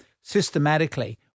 systematically